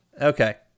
Okay